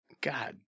God